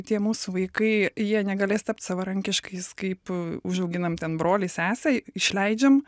tie mūsų vaikai jie negalės tapt savarankiškais kaip užauginam ten brolį sesę išleidžiam